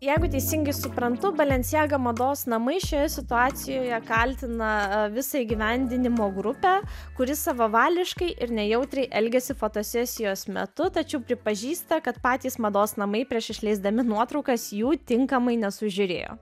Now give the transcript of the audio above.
jeigu teisingai suprantu balencijaga mados namai šioje situacijoje kaltina visą įgyvendinimo grupę kuri savavališkai ir nejautriai elgėsi fotosesijos metu tačiau pripažįsta kad patys mados namai prieš išleisdami nuotraukas jų tinkamai nesužiūrėjo